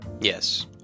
Yes